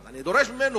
אני כמובן דורש ממנו,